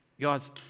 guys